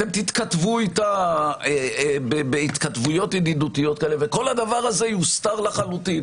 אתם תתכתבו אתה בהתכתבויות ידידותיות כאלה וכל הדבר הזה יוסתר לחלוטין.